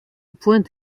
pointe